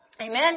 Amen